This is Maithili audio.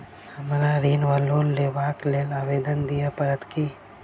हमरा ऋण वा लोन लेबाक लेल आवेदन दिय पड़त की?